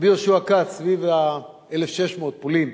רבי יהושע כץ, שחי סביב 1600, בפולין: